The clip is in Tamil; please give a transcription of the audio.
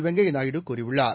வெங்கய்யநாயுடுகூறியுள்ளார்